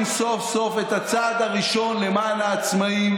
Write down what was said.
למה אתה